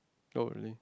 oh really